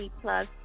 plus